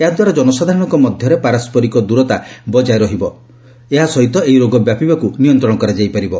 ଏହାଦ୍ୱାରା ଜନସାଧାରଣଙ୍କ ମଧ୍ୟରେ ପାରସ୍କରିକ ଦୂରତା ବଜାୟ ରହିବା ସହିତ ଏହି ରୋଗ ବ୍ୟାପିବାକୁ ନିୟନ୍ତ୍ରଣ କରାଯାଇପାରିବ